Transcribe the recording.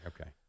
Okay